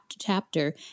chapter